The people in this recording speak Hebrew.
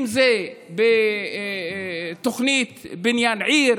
אם זה תוכנית בניין עיר,